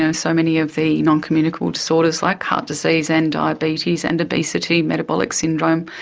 so so many of the noncommunicable disorders like heart disease and diabetes and obesity, metabolic syndrome,